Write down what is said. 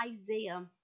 Isaiah